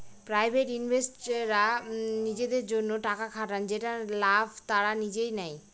private ইনভেস্টররা নিজেদের জন্য টাকা খাটান যেটার লাভ তারা নিজেই নেয়